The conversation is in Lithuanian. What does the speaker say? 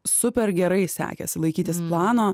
super gerai sekėsi laikytis plano